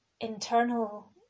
internal